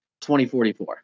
2044